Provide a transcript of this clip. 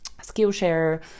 skillshare